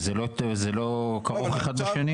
וזה לא כרוך אחד בשני?